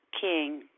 king